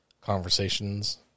conversations